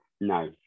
No